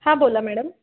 हां बोला मॅडम